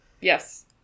Yes